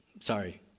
sorry